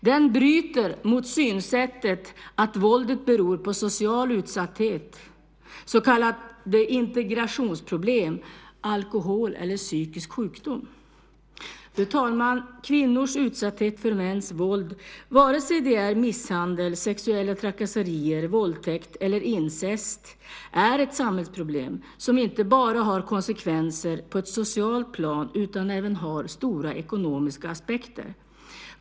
Den bryter mot synsättet att våldet beror på social utsatthet, så kallade integrationsproblem, alkohol eller psykisk sjukdom. Fru talman! Kvinnors utsatthet för mäns våld, vare sig det är misshandel, sexuella trakasserier, våldtäkt eller incest, är ett samhällsproblem som inte bara har konsekvenser på ett socialt plan utan även har stora ekonomiska aspekter.